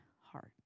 hearts